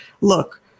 Look